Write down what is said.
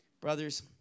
brothers